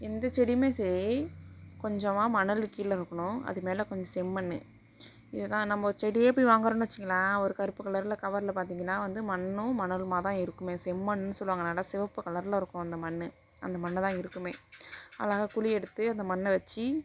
எந்த செடியுமே சரி கொஞ்சமாக மணல் கீழே இருக்குணும் அதுமேல் கொஞ்சம் செம்மண் இதுதான் நம்ம செடியே போய் வாங்குறோம்னு வச்சிகோங்களேன் ஒரு கருப்பு கலர்ல கவர்ல பார்த்திங்கன்னா வந்து மண்ணும் மணலுமாக தான் இருக்கும் செம்மண்ணுன்னு சொல்லுங்கள் நல்லா சிவப்பு கலர்ல இருக்கும் அந்த மண் அந்த மண் தான் இருக்குமே அழகாக குழி எடுத்து அந்த மண்ணை வச்சு